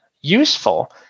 useful